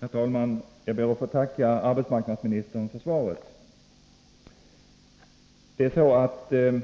Herr talman! Jag ber att få tacka arbetsmarknadsministern för svaret. De